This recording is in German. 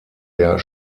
der